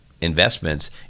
investments